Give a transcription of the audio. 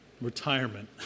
Retirement